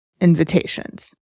invitations